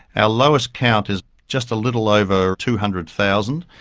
our lowest count is just a little over two hundred thousand,